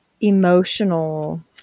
emotional